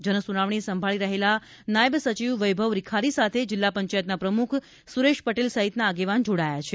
જન સુનાવણી સંભાળી રહેલા નાયબ સચિવ વેભવ રીખારી સાથે જિલ્લા પંચાયતના પ્રમુખ સુરેશ પટેલ સહિતના આગેવાન જોડાયા છે